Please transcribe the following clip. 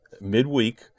midweek